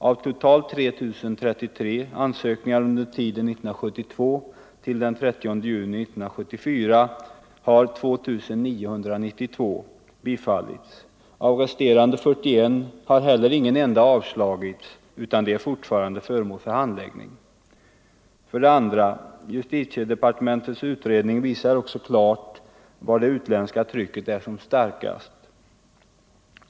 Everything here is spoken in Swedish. Av totalt 3 033 ansökningar under tiden 1972-30 juni 1974 har 2 992 bifallits. Av de resterande 41 har heller ingen enda avslagits, utan de är fortfarande föremål för handläggning. 2. Justitiedepartementets utredning visar också klart var det utländska trycket är som starkast.